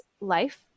life